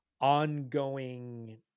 ongoing